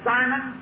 Simon